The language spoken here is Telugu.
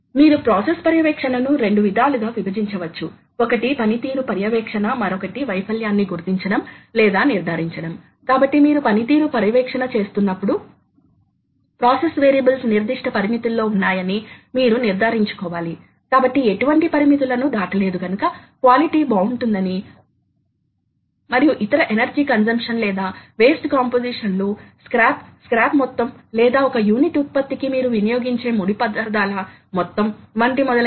అదేవిధంగాఫీడ్ రేట్ లు మాక్సిమం ఫీడ్ రేట్ లు సాధించగల మరియు ఒక నిమిషానికి లేదా ఒక రెవల్యూషన్ కు మరియు వాటికి సంబంధించిన కొన్ని ఇతర మోడ్ లు ఉన్నాయి వీటిని వేగవంతమైన ట్రావర్స్ రేట్లు అని పిలుస్తారు కాబట్టి మీరు ఒక రంధ్రం నుండి మరొక రంధ్రానికి వెళుతున్నప్పుడు మీరు మరొక రంధ్రానికి వెళ్ళేటప్పుడు మీరు ఈ రంధ్రం డ్రిల్ల్ చేసి ఉంటారు ఈ సమయంలో మీరు నిజంగా కటింగ్ చేయడం లేదు మరియు మీరు సాధ్యమైనంత వేగంగా కదపాలి